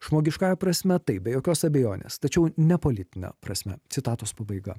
žmogiškąja prasme taip be jokios abejonės tačiau ne politine prasme citatos pabaiga